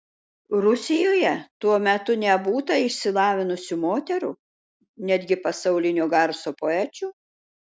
rusijoje tuo metu nebūta išsilavinusių moterų netgi pasaulinio garso poečių